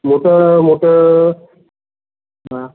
मोठं मोठं हां